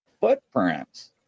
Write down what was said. footprints